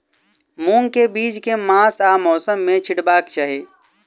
मूंग केँ बीज केँ मास आ मौसम मे छिटबाक चाहि?